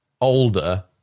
older